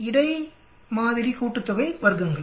வர்க்கங்களின் மாதிரி கூட்டுத்தொகைக்கு இடையில்